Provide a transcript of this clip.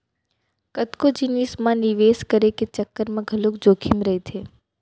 कतको जिनिस म निवेस करे के चक्कर म घलोक जोखिम रहिथे